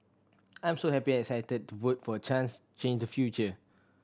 I'm so happy and excited to vote for a chance change the future